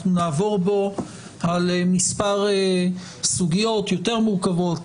אנחנו נעבור בו על מספר סוגיות יותר מורכבות,